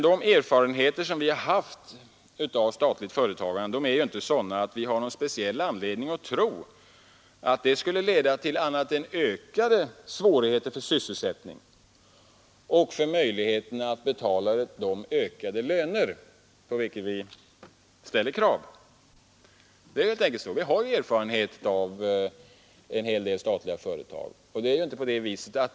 De erfarenheter vi haft av statligt företagande är emellertid inte sådana att vi har speciell anledning att tro att det skulle leda till annat än ökade svårigheter för sysselsättningen och för möjligheterna att betala de ökade löner på vilka vi ställer krav. Det är helt enkelt så att vi har sådana erfarenheter av en hel del statliga företag.